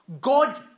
God